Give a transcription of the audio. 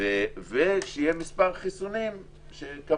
אנחנו רוצים לעמוד ביעד מתחסנים שקבענו.